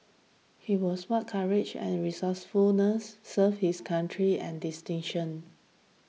he was what courage and resourcefulness served his country and distinction